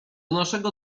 naszego